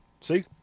see